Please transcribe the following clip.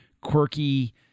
Quirky